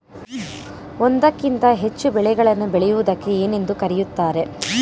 ಒಂದಕ್ಕಿಂತ ಹೆಚ್ಚು ಬೆಳೆಗಳನ್ನು ಬೆಳೆಯುವುದಕ್ಕೆ ಏನೆಂದು ಕರೆಯುತ್ತಾರೆ?